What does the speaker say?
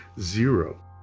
Zero